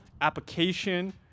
application